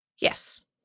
Yes